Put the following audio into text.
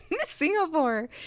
Singapore